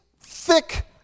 thick